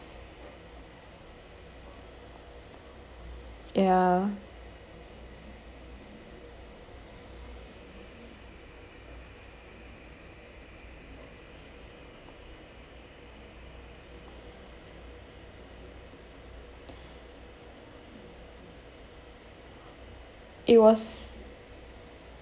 ya it was